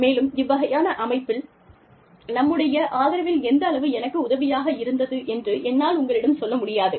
மேலும் இவ்வகையான அமைப்பில் நம்முடைய ஆதரவில் எந்தளவு எனக்கு உதவியாக இருந்தது என்று என்னால் உங்களிடம் சொல்ல முடியாது